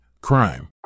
crime